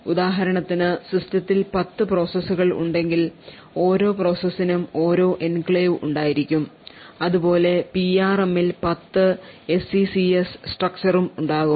ഉദാഹരണത്തിന് സിസ്റ്റത്തിൽ 10 പ്രോസസ്സുകൾ ഉണ്ടെങ്കിൽ ഓരോ പ്രോസസ്സിനും ഓരോ എൻക്ലേവ് ഉണ്ടായിരിക്കും അതുപോലെ പിആർഎമ്മിൽ 10 എസ്ഇസിഎസ് സ്ട്രക്ചർ ഉം ഉണ്ടാകും